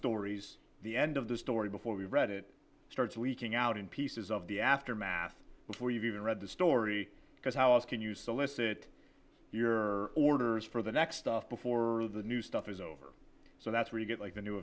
stories the end of the story before we read it starts leaking out in pieces of the aftermath before you've even read the story because how else can you so let's say that your orders for the next stuff before the new stuff is over so that's where you get like the new